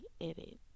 edit